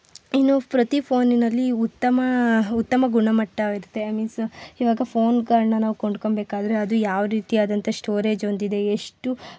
ಇನ್ನು ಪ್ರತಿ ಫೋನಿನಲ್ಲಿ ಉತ್ತಮ ಉತ್ತಮ ಗುಣಮಟ್ಟವಿರುತ್ತೆ ಐ ಮೀನ್ಸ್ ಈವಾಗ ಫೋನ್ಗಳನ್ನ ನಾವು ಕೊಂಡ್ಕೋಬೇಕಾದ್ರೆ ಅದು ಯಾವ ರೀತಿ ಆದಂತಹ ಸ್ಟೋರೇಜ್ ಹೊಂದಿದೆ ಎಷ್ಟು ಪ